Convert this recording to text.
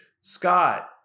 Scott